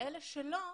ואלה שלא,